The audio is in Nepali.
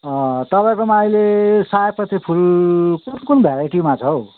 अँ तपाईँकोमा अहिले सयपत्री फुल कुन कुन भेराइटीमा छ हौ